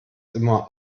immer